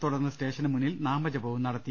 തുടർന്ന് സ്റ്റേഷന് മുന്നിൽ നാമജപവും നടത്തി